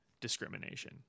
discrimination